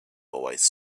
always